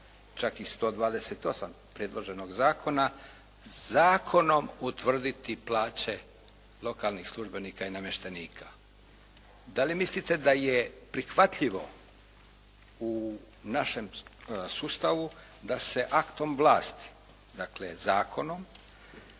čak i 128. predloženog zakona zakonom utvrditi plaće lokalnih službenika i namještenika. Da li mislite da je prihvatljivo u našem sustavu da se aktom vlasti, dakle zakonom